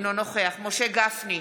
אינו נוכח משה גפני,